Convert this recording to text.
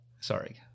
Sorry